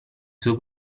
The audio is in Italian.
suo